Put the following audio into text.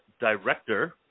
director